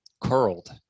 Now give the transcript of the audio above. curled